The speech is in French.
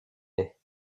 est